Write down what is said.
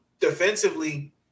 defensively